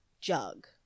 jug